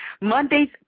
Mondays